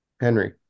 Henry